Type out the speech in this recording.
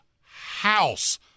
house